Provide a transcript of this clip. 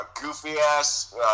goofy-ass